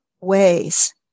ways